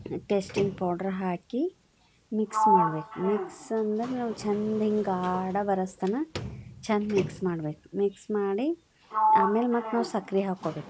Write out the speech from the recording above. testing powder ಹಾಕಿ mix ಮಾಡಬೇಕು mix ಅಂದರೆ ನಾವು ಚೆಂದ ಹಿಂಗೆ ಗಾಢ ಬರೋತನ ಚೆಂದ ಮಿಕ್ಸ್ ಮಾಡಬೇಕು ಮಿಕ್ಸ್ ಮಾಡಿ ಆಮೇಲೆ ಮತ್ತೆ ನಾವು ಸಕ್ರೆ ಹಾಕ್ಕೊಬೇಕು